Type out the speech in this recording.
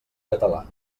català